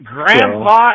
grandpa